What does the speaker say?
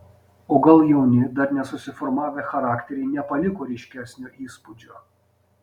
o gal jauni dar nesusiformavę charakteriai nepaliko ryškesnio įspūdžio